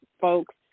folks